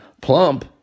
Plump